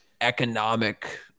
economic